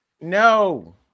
No